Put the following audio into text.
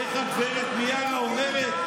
איך הגב' מיארה אומרת?